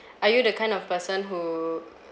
are you the kind of person who